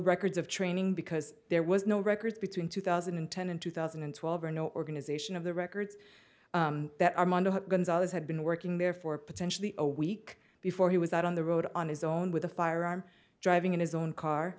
records of training because there was no records between two thousand and ten and two thousand and twelve or an organization of the records that armando gonzalez had been working there for potentially a week before he was out on the road on his own with a firearm driving in his own car